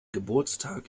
geburtstag